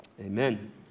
amen